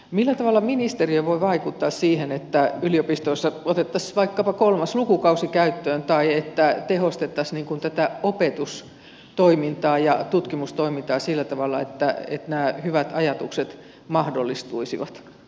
millä tavalla ministeriö voi vaikuttaa siihen että yliopistoissa otettaisiin vaikkapa kolmas lukukausi käyttöön tai tehostettaisiin tätä opetustoimintaa ja tutkimustoimintaa sillä tavalla että nämä hyvät ajatukset mahdollistuisivat